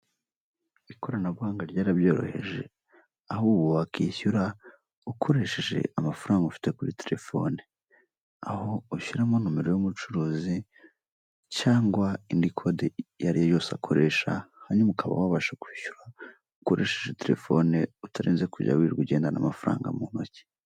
Ikoranabuhanga ryarabyoroheje aho ubu wakwishyura ukoresheje amafaranga ufite kuri telefone, aho ushyiramo nimero y'umucuruzi cyangwa indi kode iyo ariyo yose akoresha, hanyuma ukaba wabasha kwishyura ukoresheje telefone utarinze kujya ugendana amafaranga mu ntoki.